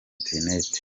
internet